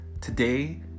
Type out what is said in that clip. Today